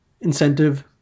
incentive